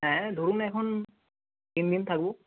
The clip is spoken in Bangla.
হ্যাঁ ধরুন এখন তিন দিন থাকব